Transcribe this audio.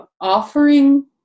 offering